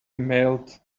mailed